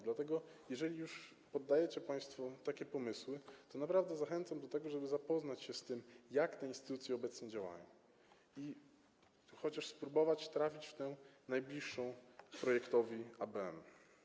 Dlatego jeżeli już podsuwacie państwo takie pomysły, to naprawdę zachęcam do tego, żeby zapoznać się z tym, jak te instytucje obecnie działają, i chociaż spróbować trafić w tę najbliższą w odniesieniu do projektu o ABM.